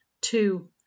Two